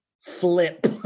Flip